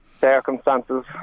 circumstances